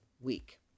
week